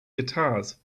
guitars